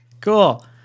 cool